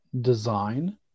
design